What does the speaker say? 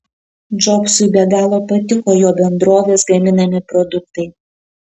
džobsui be galo patiko jo bendrovės gaminami produktai